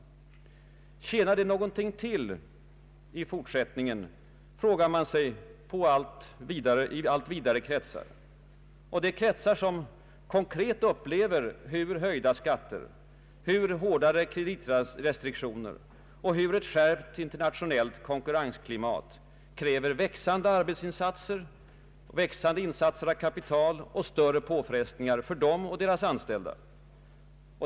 Tjänar det någonting till i fortsättningen? frågar man sig i allt vidare kretsar. Det är kretsar som konkret upplever hur höjda skatter, hur hårdare kreditrestriktioner och hur ett skärpt internationellt konkurrensklimat kräver växande arbetsinsatser, växande insatser av kapital och större påfrestningar för dem och deras anställda.